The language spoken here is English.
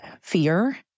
fear